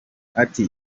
ati